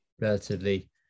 relatively